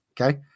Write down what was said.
okay